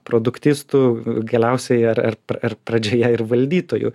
produktistų galiausiai ir ir ir pradžioje ir valdytojų